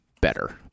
better